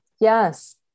Yes